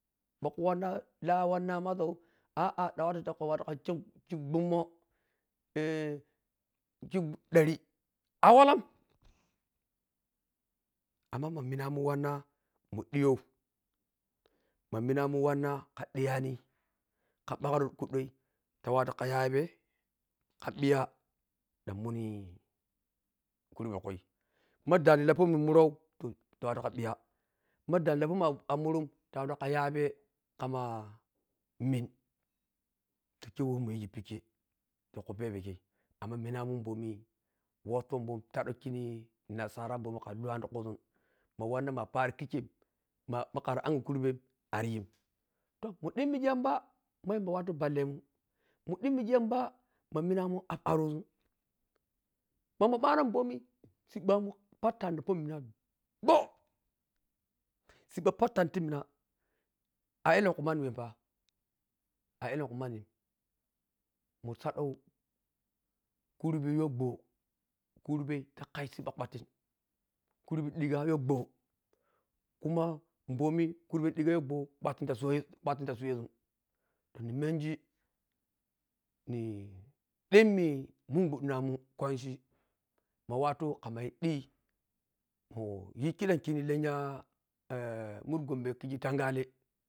Makhu wnna lah ḱĥa wanna mazan “e” wane ta makù wato lhakhile gummoh “e” khikdari a wallam amma ma minamun wanna mudhiyho ma minamun wanna lhadhiyani khabarikhudo ta watu kha yaƀe kha ƀiya ďan mùni kùrbe khui ma dhani ma dhani lahyo min a mùrùm ta watu kh yaƀe khama ineh kheweh mùyighe peḱĥe ti khupheƀe khe amma minamun bomi wosn bomi sadankhine nasara boma khaluwani ti khusun ma wanna bomi ma parikhiḱem ma ma khari anya kùrbem riyim munďinmighe yamba ma yamb watu ballemun abi arosu. Ma munƀanomomi aƀƀammun pnyani tyomin bwo siƀƀa pantani timin a lenkhu manniwah fa a chukhu momi wah mùnsadau kḱurbe yhoƀo kurbe ti khayi kùma bomi ḱurbe dhigo yhobo kwatin ta suwahsun kwatin ta suwahsun nemenge ne ďimma runugunďi namunn kwanchi ma watu lhamayi dhi munji khiďam kheni lemya “e” mir gombe tangale